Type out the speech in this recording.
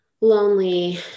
lonely